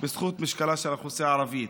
בזכות משקלה של האוכלוסייה הערבית.